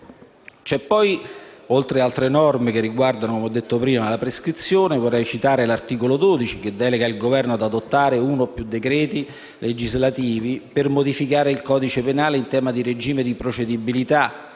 Oltre a norme sempre in tema di prescrizione, vorrei citare l'articolo 12, che delega il Governo ad adottare uno o più decreti legislativi per modificare il codice penale in tema di regime di procedibilità